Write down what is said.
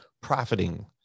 profiting